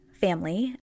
family